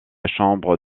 chambre